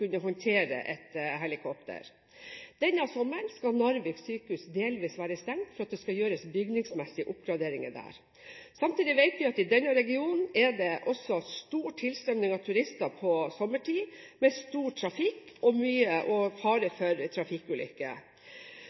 kunne håndtere et helikopter. Denne sommeren skal Narvik sykehus delvis være stengt fordi det skal gjøres bygningsmessige oppgraderinger der. Samtidig vet vi at i denne regionen er det også stor tilstrømning av turister på sommertid, med stor trafikk og fare for